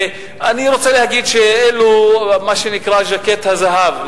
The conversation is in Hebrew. ואני רוצה להגיד שאלו מה שנקרא "ז'קט הזהב".